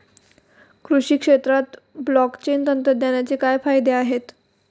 कृषी क्षेत्रात ब्लॉकचेन तंत्रज्ञानाचे काय फायदे आहेत?